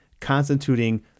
constituting